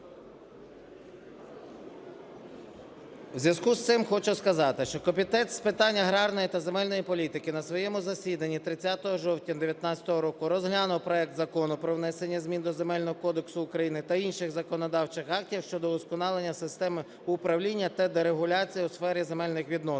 В зв'язку з цим хочу сказати, що Комітет з питань аграрної та земельної політики на своєму засіданні 30 жовтня 2019 року розглянув проект Закону про внесення змін до Земельного кодексу України та інших законодавчих актів щодо удосконалення системи управління та дерегуляції у сфері земельних відносин